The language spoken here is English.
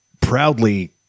proudly